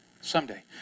someday